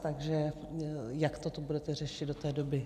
Takže jak toto budete řešit do té doby?